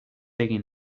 egin